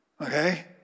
Okay